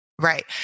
Right